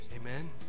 amen